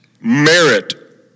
merit